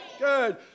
Good